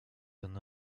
turn